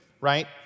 right